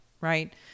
right